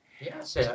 Yes